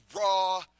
raw